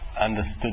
understood